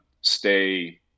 stay –